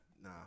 nah